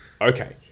Okay